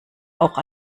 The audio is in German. auch